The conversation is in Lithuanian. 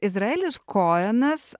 izraelis kojenas